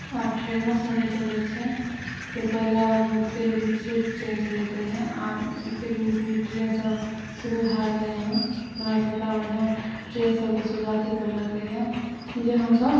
आब ट्रेनोसब जे चलै छै से पहिले बहुत लेट सेट ट्रेन चलैत रहै आब एतेक नीक नीक ट्रेनसब शुरू भऽ गेलै हँ भारत सरकार बढ़िआँ ट्रेन सबके शुरुआत केलकै जे हमसब